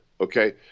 Okay